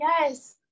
Yes